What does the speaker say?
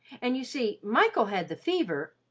and you see michael had the fever,